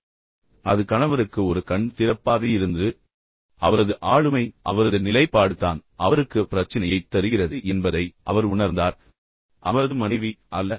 எனவே அது கணவருக்கு ஒரு கண் திறப்பாக இருந்தது மேலும் அவரது ஆளுமை அவரது நிலைப்பாடு தான் அவருக்கு பிரச்சினையைத் தருகிறது என்பதை அவர் உணர்ந்தார் அவரது மனைவி அல்ல